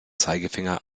zeigefinger